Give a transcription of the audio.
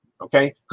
okay